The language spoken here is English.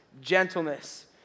gentleness